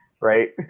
right